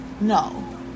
No